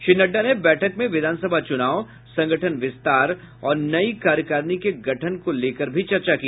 श्री नड्डा ने बैठक में विधानसभा चुनाव संगठन विस्तार और नई कार्यकारिणी के गठन को लेकर भी चर्चा की